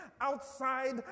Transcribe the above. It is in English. outside